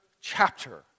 chapter